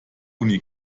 uni